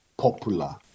popular